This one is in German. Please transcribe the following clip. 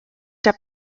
der